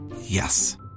Yes